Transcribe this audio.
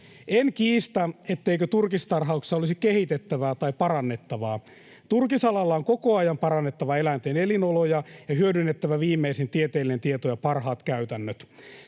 En kiistä, etteikö turkistarhauksessa olisi kehitettävää tai parannettavaa. Turkisalalla on koko ajan parannettava eläinten elinoloja ja hyödynnettävä viimeisin tieteellinen tieto ja parhaat käytännöt.